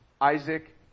Isaac